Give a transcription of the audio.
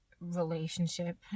relationship